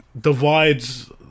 divides